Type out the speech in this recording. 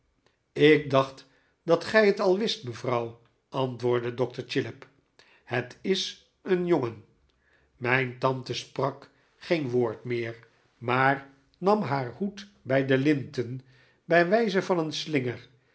ik dacht dat gij het al wist mevrouw antwoordde dokter chillip het is een jongen mijn tante sprak geen woord meer maar nam haar hoed bij de linten bij wijze van een slinger